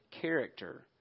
character